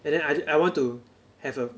and then I want to have a